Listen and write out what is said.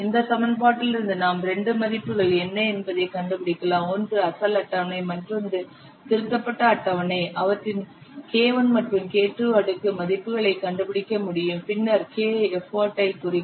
இந்த சமன்பாட்டிலிருந்து நாம் இரண்டு மதிப்புகள் என்ன என்பதைக் கண்டுபிடிக்கலாம் ஒன்று அசல் அட்டவணை மற்றொன்று திருத்தப்பட்ட அட்டவணை அவற்றின் K1 மற்றும் K2 அடுக்கு மதிப்புகளை கண்டுபிடிக்க முடியும் பின்னர் K எஃபர்ட் ஐ குறிக்கும்